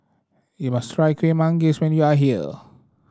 you must try Kueh Manggis when you are here